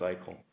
cycle